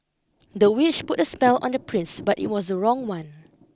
the witch put a spell on the prince but it was wrong one